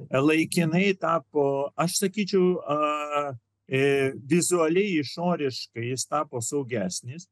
laikinai tapo aš sakyčiau vizualiai išoriškai jis tapo saugesnis